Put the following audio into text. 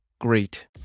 great